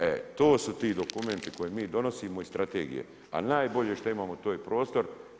E to su ti dokumenti koje mi donosimo i strategije, a najbolje što imamo to je prostor.